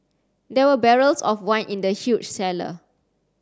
there were barrels of wine in the huge cellar